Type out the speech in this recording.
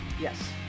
Yes